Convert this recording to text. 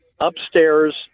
upstairs